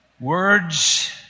Words